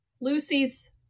Lucy's